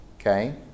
okay